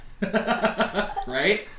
Right